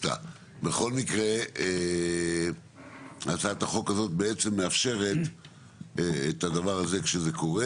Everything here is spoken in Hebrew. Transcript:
בכל מקרה הצעת החוק הזאת מאפשרת את הדבר הזה כשזה קורה.